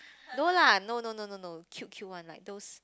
no lah no no no no no cute cute one like those